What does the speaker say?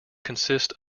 consist